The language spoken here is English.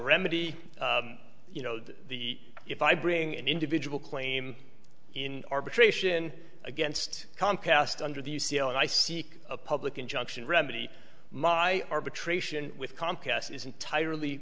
remedy you know the if i bring an individual claim in arbitration against comcast under the u c l and i seek a public injunction remedy my arbitration with comcast is entirely